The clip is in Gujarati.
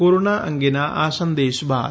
કોરોના અંગેના આ સંદેશ બાદ